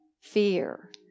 Fear